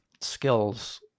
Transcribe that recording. skills